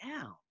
down